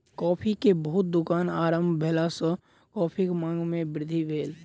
coffee के बहुत दुकान आरम्भ भेला सॅ कॉफ़ीक मांग में वृद्धि भेल